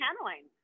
channeling